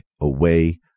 away